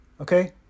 okay